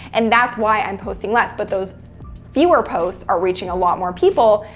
and that's why i'm posting less. but those fewer posts are reaching a lot more people,